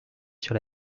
sur